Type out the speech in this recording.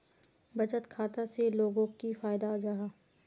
बचत खाता से लोगोक की फायदा जाहा?